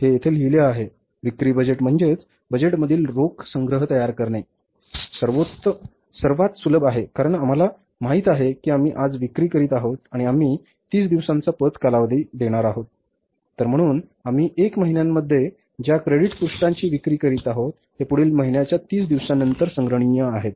हे येथे लिहिले आहे विक्री बजेट प्रमाणेच बजेटमधील रोख संग्रह तयार करणे सर्वात सुलभ आहे कारण आम्हाला माहित आहे की आम्ही आज विक्री करीत आहोत आणि आम्ही 30 दिवसांचा पत कालावधी देणार आहोत तर म्हणून आम्ही 1 महिन्यामध्ये ज्या क्रेडिट पृष्ठाची विक्री करीत आहोत ते पुढील महिन्यात 30 दिवसानंतर संग्रहणीय आहेत